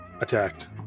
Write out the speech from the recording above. attacked